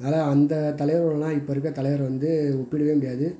அதனால அந்த தலைவர்களெலாம் இப்போ இருக்க தலைவர் வந்து ஒப்பிடவே முடியாது